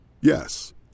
Yes